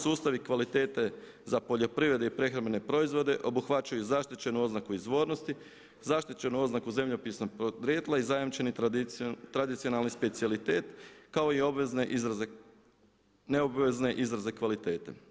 Sustav i kvalitete za poljoprivredne i prehrambene proizvode obuhvaćaju i zaštićenu oznaku izvornosti, zaštićenu oznaku zemljopisnog podrijetla i zajamčeni tradicionalni specijalitet kao i obvezne izraze, neobavezne izraze kvalitete.